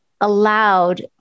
allowed